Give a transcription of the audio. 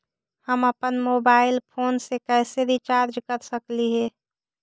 हम अप्पन mobile phone के कैसे रिचार्ज कर सकली हे?